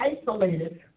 isolated